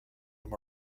him